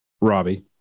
Robbie